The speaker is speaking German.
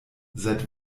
seit